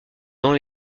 dans